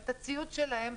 את הציוד שלהם,